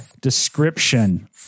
description